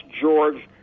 George